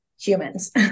humans